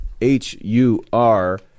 h-u-r